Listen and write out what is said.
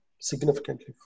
significantly